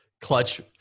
clutch